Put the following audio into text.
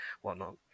whatnot